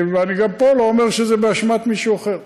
ואני גם פה לא אומר שזה באשמת מישהו אחר.